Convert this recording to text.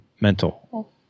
mental